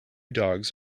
dogs